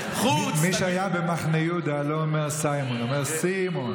מי שהיה במחנה יהודה לא אומר סיימון, אומר סימון.